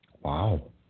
Wow